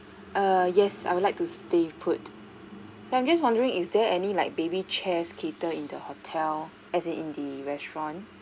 err yes I would like to stay put so I'm just wondering is there any like baby chairs cater in the hotel as in the restaurant